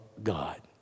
God